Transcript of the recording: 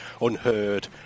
unheard